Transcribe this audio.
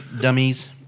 dummies